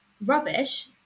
Rubbish